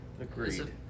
Agreed